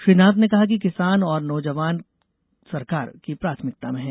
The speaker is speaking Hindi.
श्री नाथ ने कहा कि किसान और नौजवान सरकार की प्राथमिकता में है